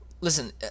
Listen